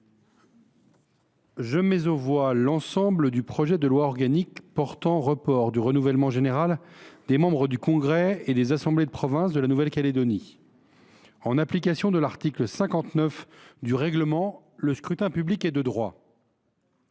commission, l’ensemble du projet de loi organique portant report du renouvellement général des membres du congrès et des assemblées de province de la Nouvelle Calédonie. En application de l’article 59 du règlement, le scrutin public ordinaire est de droit.